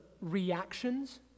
reactions